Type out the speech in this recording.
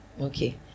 okay